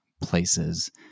places